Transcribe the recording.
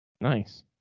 Nice